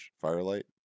Firelight